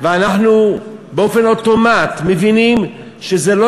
אנחנו באופן אוטומטי מבינים שזה לא